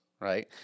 right